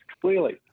clearly